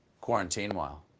quarantine-while,